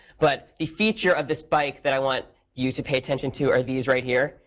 but the feature of this bike that i want you to pay attention to are these right here.